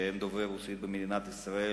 שהם דוברי רוסית במדינת ישראל,